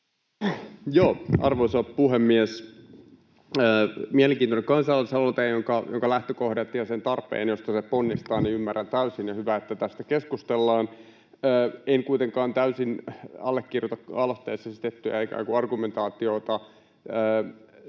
Arvoisa puhemies! Mielenkiintoinen kansalaisaloite, jonka lähtökohdat ja sen tarpeen, josta se ponnistaa, ymmärrän täysin, ja on hyvä, että tästä keskustellaan. En kuitenkaan täysin allekirjoita aloitteessa esitettyä argumentaatiota